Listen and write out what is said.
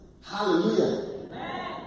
Hallelujah